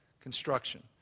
construction